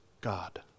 God